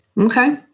Okay